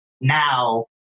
now